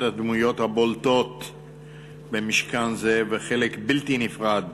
הדמויות הבולטות במשכן זה וחלק בלתי נפרד